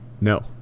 No